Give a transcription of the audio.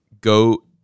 go